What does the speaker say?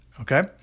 okay